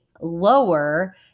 lower